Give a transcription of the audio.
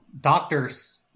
doctors